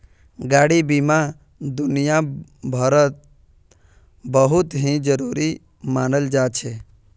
गाडी बीमा दुनियाभरत बहुत ही जरूरी मनाल जा छे